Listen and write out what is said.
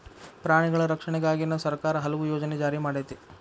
ಪ್ರಾಣಿಗಳ ರಕ್ಷಣೆಗಾಗಿನ ಸರ್ಕಾರಾ ಹಲವು ಯೋಜನೆ ಜಾರಿ ಮಾಡೆತಿ